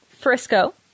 Frisco